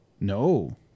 No